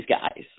guys